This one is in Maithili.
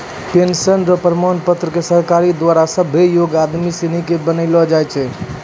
पेंशन र प्रमाण पत्र क सरकारो द्वारा सभ्भे योग्य आदमी सिनी ल बनैलो जाय छै